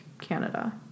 Canada